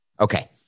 Okay